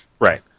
right